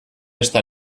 beste